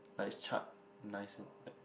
like it's charred nice